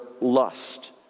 lust